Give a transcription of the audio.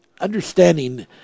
understanding